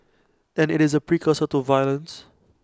then IT is A precursor to violence